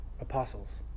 Apostles